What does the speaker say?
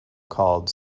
called